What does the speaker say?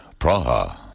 Praha